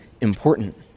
important